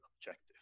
objective